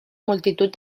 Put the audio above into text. multitud